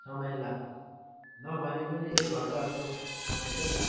समय लाग्छ नभनेको नि एक घन्टा जस्तो समय चाहिँ लाग्छ